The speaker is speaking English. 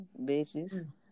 Bitches